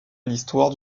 l’histoire